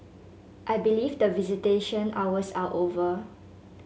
I believe that visitation hours are over